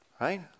right